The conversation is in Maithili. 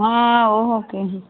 हँ ओहोके हइ